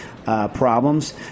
Problems